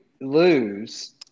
lose